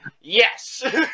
Yes